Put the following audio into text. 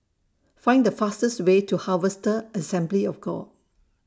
Find The fastest Way to Harvester Assembly of God